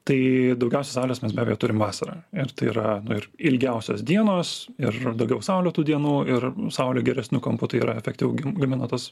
tai daugiausia saulės mes be abejo turim vasarą ir tai yra nu ir ilgiausios dienos ir daugiau saulėtų dienų ir nu saulė geresniu kampu tai yra efektyvu gamina tuos